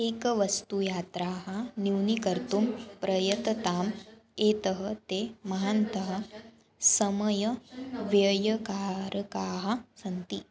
एकवस्तुयात्राः न्यूनीकर्तुं प्रयतताम् यतः ते महन्तः समयव्ययकारकाः सन्ति